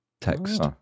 text